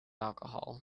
alcohol